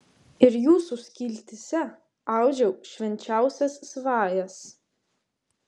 ir jūsų skiltyse audžiau švenčiausias svajas